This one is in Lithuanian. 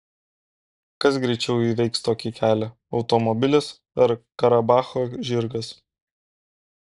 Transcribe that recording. kas greičiau įveiks tokį kelią automobilis ar karabacho žirgas